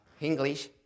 English